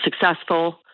successful